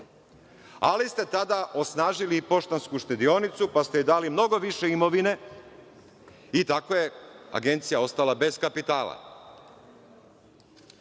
ali ste tada osnažili „Poštansku štedionicu“, pa ste joj dali mnogo više imovine i tako je agencija ostala bez kapitala. Agencija